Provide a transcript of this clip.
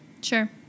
Sure